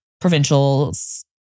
provincials